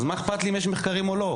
אז מה אכפת לי אם יש מחקרים או לא?